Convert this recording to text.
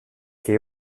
che